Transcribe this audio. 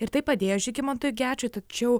ir tai padėjo žygimantui gečui tačiau